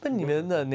worth nothing